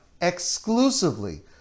exclusively